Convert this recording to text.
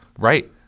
Right